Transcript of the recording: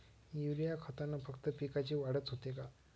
Urea खतानं फक्त पिकाची वाढच होते का?